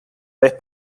vez